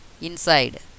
inside